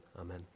amen